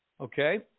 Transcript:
Okay